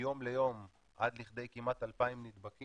מיום ליום עד לכדי כמעט 2,000 נדבקים,